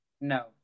No